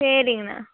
சரிங்கண்ணா